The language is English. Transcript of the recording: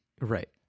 right